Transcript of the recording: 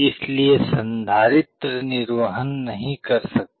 इसलिए संधारित्र निर्वहन नहीं कर सकता है